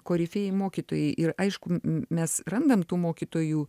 korifėjai mokytojai ir aišku mes randam tų mokytojų